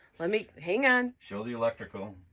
let me, hang on. show the electrical.